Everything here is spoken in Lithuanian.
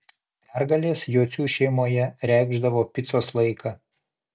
pergalės jocių šeimoje reikšdavo picos laiką